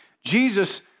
Jesus